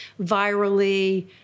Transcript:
virally